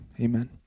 Amen